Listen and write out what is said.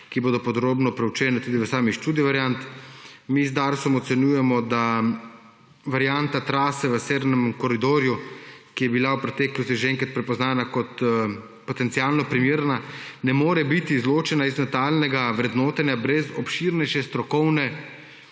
ki bodo podrobno proučene tudi v sami študiji variant. Mi z Darsom ocenjujemo, da varianta trase v severnem koridorju, ki je bila v preteklosti že enkrat prepoznana kot potencialno primerna, ne more biti izločena iz nadaljnjega vrednotenja brez obširnejše strokovne